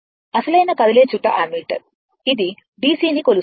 అసలైన కదిలే చుట్ట ని కలిగిన అమ్మీటర్ ఇది DC ని కొలుస్తుంది